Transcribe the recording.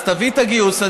תביא את הגיוס,